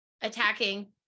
attacking